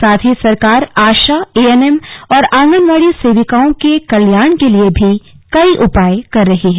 साथ ही सरकार आशा एएनएम और आंगनवाड़ी सेविकाओं के कल्याण के लिए भी कई उपाय कर रही है